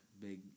Big